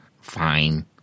Fine